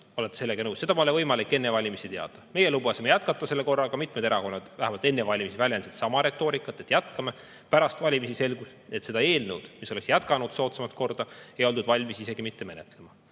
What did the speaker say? Olete sellega nõus? Seda polnud võimalik enne valimisi teada. Meie lubasime jätkata selle korraga. Mitmed erakonnad vähemalt enne valimisi väljendasid sama retoorikat, et jätkatakse. Pärast valimisi selgus, et seda eelnõu, mis oleks jätkanud soodsamat korda, ei oldud valmis isegi mitte menetlema.